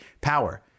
Power